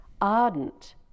ardent